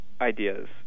ideas